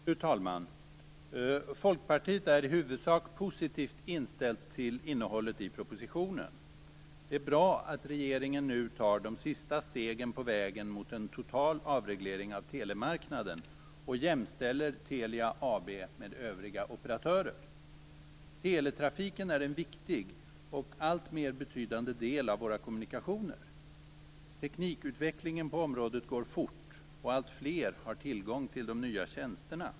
Fru talman! Vi i Folkpartiet är i huvudsak positivt inställda till innehållet i propositionen. Det är bra att regeringen nu tar de sista stegen på vägen mot en total avreglering av telemarknaden och jämställer Telia AB Teletrafiken är en viktig och alltmer betydande del av våra kommunikationer. Teknikutvecklingen på området går fort, och alltfler har tillgång till de nya tjänsterna.